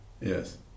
Yes